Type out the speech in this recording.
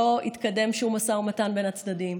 לא התקדם שום משא ומתן בין הצדדים.